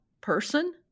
person